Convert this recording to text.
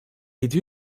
yedi